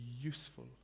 useful